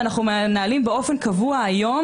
זה ויכוח שאנחנו מנהלים באופן קבוע היום,